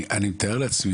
אני מתאר לעצמי